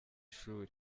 ishuri